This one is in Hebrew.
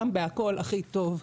גם בהכל הכי טוב.